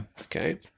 Okay